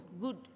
good